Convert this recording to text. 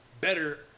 better